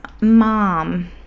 mom